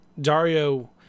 Dario